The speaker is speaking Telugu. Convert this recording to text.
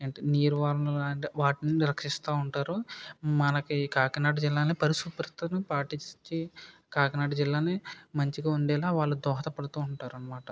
నిర్వహణ అండ్ వాటిని రక్షిస్తుంటారు మనకి కాకినాడ జిల్లాలని పరిశుభ్రత పాటించి కాకినాడ జిల్లాని మంచిగా ఉండేలా వాళ్ళ దోహదపడుతూ ఉంటారు అన్నమాట